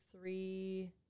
three